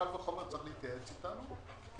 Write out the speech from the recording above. קל וחומר יש להתייעץ אתנו, כי